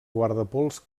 guardapols